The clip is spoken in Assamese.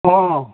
অ